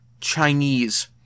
Chinese